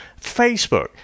Facebook